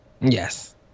Yes